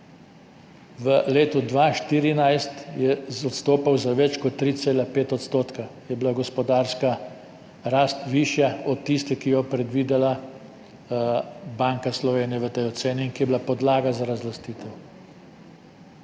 V letu 2014 je odstopal za več kot 3,5 %, toliko je bila gospodarska rast višja od tiste, ki jo je predvidela Banka Slovenije v tej oceni in ki je bila podlaga za razlastitev.